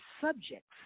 subjects